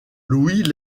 luis